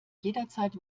jederzeit